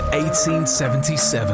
1877